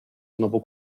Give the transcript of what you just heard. znowu